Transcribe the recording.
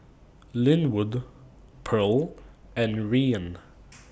Linwood Pearle and Rian